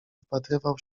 wpatrywał